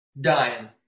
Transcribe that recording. dying